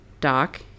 Doc